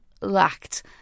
lacked